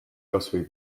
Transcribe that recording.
kasvõi